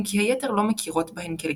אם כי היתר לא מכירות בהן כלגיטימיות.